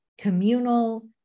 communal